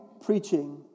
preaching